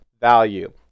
value